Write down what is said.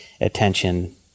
attention